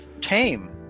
tame